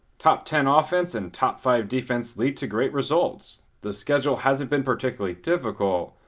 top ten ah offense and top five defense lead to great results. the schedule hasn't been particularly difficult,